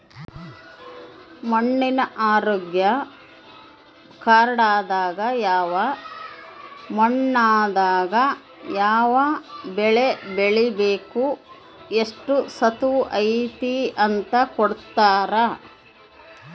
ಮಣ್ಣಿನ ಆರೋಗ್ಯ ಕಾರ್ಡ್ ದಾಗ ಯಾವ ಮಣ್ಣು ದಾಗ ಯಾವ ಬೆಳೆ ಬೆಳಿಬೆಕು ಎಷ್ಟು ಸತುವ್ ಐತಿ ಅಂತ ಕೋಟ್ಟಿರ್ತಾರಾ